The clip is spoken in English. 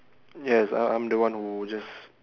yes I'm I'm the one who just